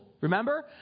remember